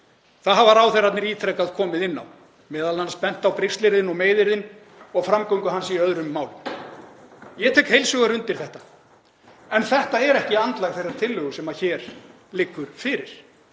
Það hafa ráðherrarnir ítrekað komið inn á, m.a. bent á brigslyrðin og meiðyrðin og framgöngu hans í öðrum málum. Ég tek heils hugar undir það en þetta er ekki andlag þeirrar tillögu sem hér liggur fyrir.